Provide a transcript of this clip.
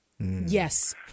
Yes